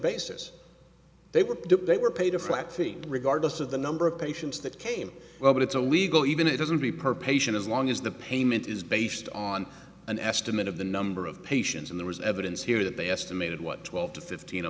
basis they were they were paid a flat fee regardless of the number of patients that came well but it's a legal even it doesn't be perp a shit as long as the payment is based on an estimate of the number of patients and there was evidence here that they estimated what twelve to fifteen a